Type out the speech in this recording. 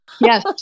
Yes